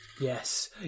yes